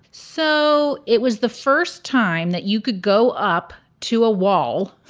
so, it was the first time that you could go up to a wall,